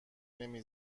نمی